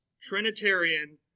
Trinitarian